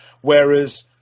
Whereas